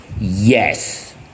Yes